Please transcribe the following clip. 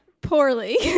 Poorly